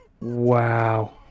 Wow